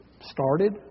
started